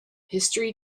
history